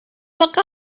broke